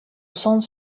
centre